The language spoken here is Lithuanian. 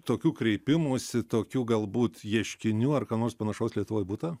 tokių kreipimųsi tokių galbūt ieškinių ar ką nors panašaus lietuvoj būta